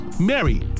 Mary